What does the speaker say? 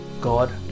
God